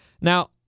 Now